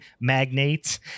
magnates